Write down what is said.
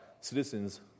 citizens